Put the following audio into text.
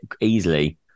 easily